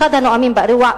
אחד הנואמים באירוע,